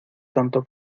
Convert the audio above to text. tanto